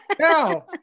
No